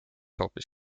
hoopis